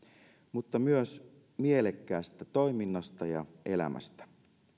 mutta myös mielekkäästä toiminnasta ja elämästä